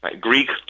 Greek